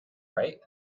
right